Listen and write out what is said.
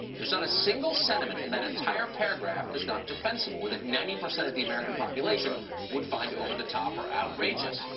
there's not a single sentiment in that entire paragraph that's not defensible, or that ninety percent of the population would find over the top or outrageous.